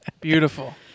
Beautiful